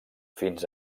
fins